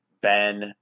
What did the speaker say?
Ben